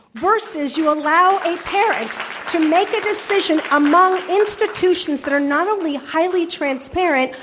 versus, you allow a parent to make a decision among institutions that are not only highly transparent,